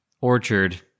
orchard